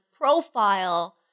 profile